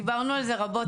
דיברנו על זה רבות,